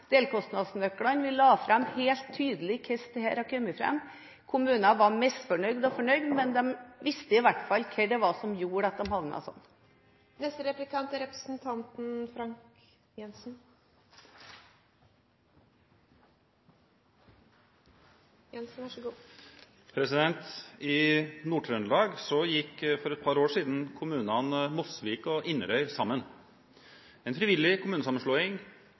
delkostnadsnøklene – vi la fram helt tydelig hvordan dette har kommet fram. Kommunene var misfornøyde og fornøyde, men de visste i hvert fall hva som gjorde at de havnet slik. I Nord-Trøndelag gikk for et par år siden kommunene Mosvik og Inderøy sammen – en frivillig kommunesammenslåing,